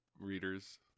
readers